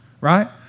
right